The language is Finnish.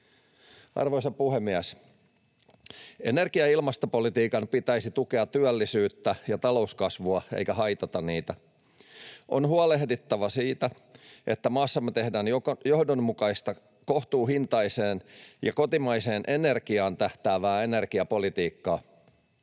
Arvoisa puhemies! Energia- ja ilmastopolitiikan pitäisi tukea työllisyyttä ja talouskasvua eikä haitata niitä. On huolehdittava siitä, että maassamme tehdään johdonmukaista kohtuuhintaiseen ja kotimaiseen energiaan tähtäävää energiapolitiikkaa.